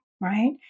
right